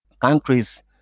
countries